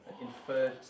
Inferred